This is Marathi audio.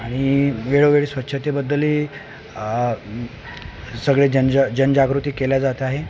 आणि वेळोवेळी स्वच्छतेबद्दलही सगळे जनजा जनजागृती केली जात आहे